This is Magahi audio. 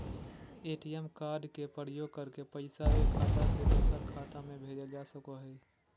ए.टी.एम कार्ड के प्रयोग करके पैसा एक खाता से दोसर खाता में भेजल जा सको हय